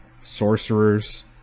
sorcerer's